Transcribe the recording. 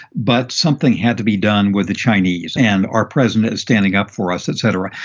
but something had to be done with the chinese and our president is standing up for us, et cetera.